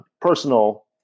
personal